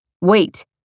Wait